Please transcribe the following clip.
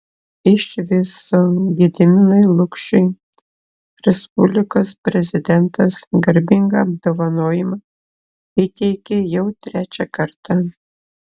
iš viso gediminui lukšiui respublikos prezidentas garbingą apdovanojimą įteikė jau trečią kartą